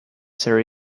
there